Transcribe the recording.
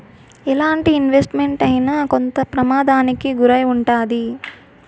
ఎలాంటి investment అయినా కొంత ప్రమాదానికి గురై ఉంటాది